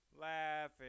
laugh